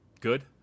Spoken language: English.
good